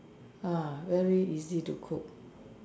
ah very easy to cook